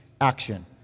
action